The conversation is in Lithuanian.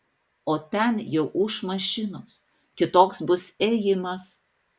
o ten jau ūš mašinos kitoks bus ėjimas